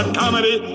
comedy